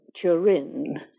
Turin